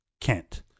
Kent